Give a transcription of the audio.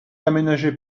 aménagé